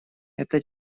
это